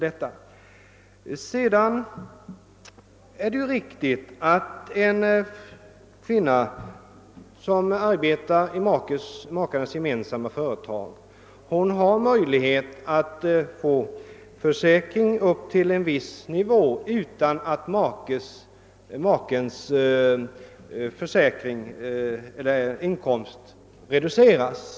Det är riktigt att en kvinna som arbetar i makarnas gemensamma företag har möjlighet att få försäkring upp till en viss nivå utan att makens inkomst reduceras.